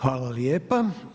Hvala lijepa.